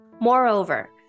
Moreover